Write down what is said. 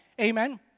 Amen